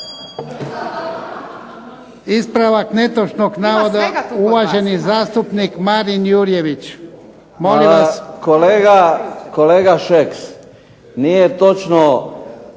Ispravak netočnog navoda uvaženi zastupnik Marin Jurjević. **Jurjević, Marin